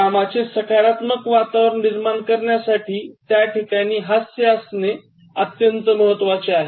कामाचे सकारात्मक वातावरण निर्माण करण्यासाठी त्याठिकाणी हास्य असणे अत्यन्त महत्वाचे आहे